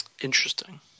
Interesting